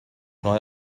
neue